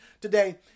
today